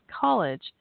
College